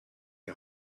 die